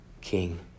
king